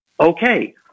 Okay